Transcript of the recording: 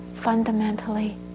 fundamentally